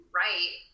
right